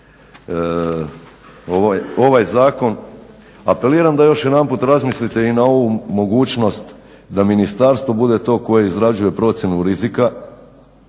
usvojit ovaj zakon, apeliram da još jedanput razmislite i na ovu mogućnost da ministarstvo bude to koje izrađuje procjenu rizika.